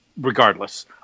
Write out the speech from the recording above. regardless